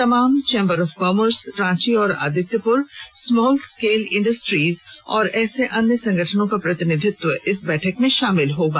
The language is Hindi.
तमाम चौंबर ऑफ कॉमर्स रांची और आदित्यपुर स्मॉल स्केल इंडस्ट्रीज और ऐसे अन्य संगठनों का प्रतिनिधित्व इस बैठक में शामिल होगा